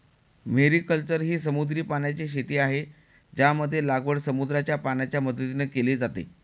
mariculture ही समुद्री पाण्याची शेती आहे, ज्यामध्ये लागवड समुद्राच्या पाण्याच्या मदतीने केली जाते